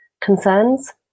concerns